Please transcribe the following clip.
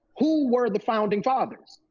who were the founding fathers?